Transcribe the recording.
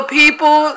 people